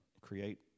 create